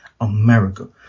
America